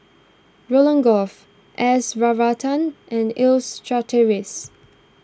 Roland Goh S Varathan and Leslie Charteris